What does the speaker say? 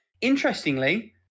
Interestingly